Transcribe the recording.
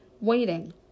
waiting